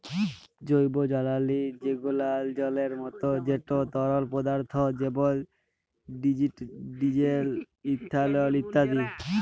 জৈবজালালী যেগলা জলের মত যেট তরল পদাথ্থ যেমল ডিজেল, ইথালল ইত্যাদি